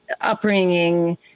upbringing